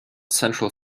central